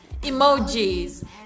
emojis